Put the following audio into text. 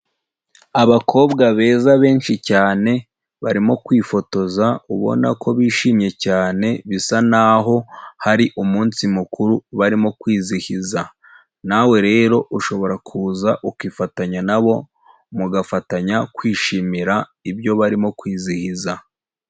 Abakobwa beza benshi cyane, barimo kwifotoza ubona ko bishimye cyane, bisa naho hari umunsi mukuru barimo kwizihiza. Nawe rero ushobora kuza ukifatanya na bo, mugafatanya kwishimira ibyo barimo kwizihiza.